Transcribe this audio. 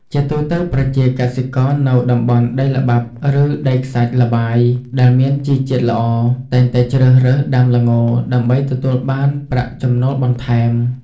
ជាទូទៅ ប្រជាកសិករនៅតំបន់ដីល្បាប់ ឬដីខ្សាច់ល្បាយដែលមានជីជាតិល្អ តែងតែជ្រើសរើសដាំល្ងដើម្បីទទួលបានប្រាក់ចំណូលបន្ថែម។